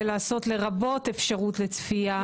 לעשות 'לרבות אפשרות לצפייה בנתוני המוקד'?